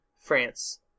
France